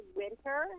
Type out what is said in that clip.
winter